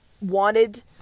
wanted